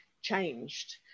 changed